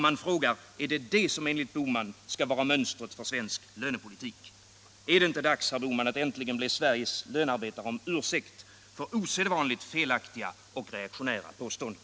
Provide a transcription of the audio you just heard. Man frågar: Är det detta som enligt herr Bohman skall vara mönstret för svensk lönepolitik? Är det inte dags, herr Bohman, att äntligen be Sveriges lönearbetare om ursäkt för osedvanligt felaktiga och reaktionära påståenden?